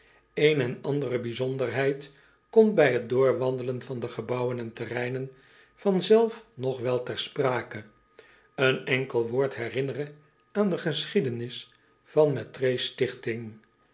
een en andere bijzonderheid komt bij het doorwandelen van de gebouwen en terreinen van zelf nog wel ter sprake een enkel woord herinnere aan de geschiedenis van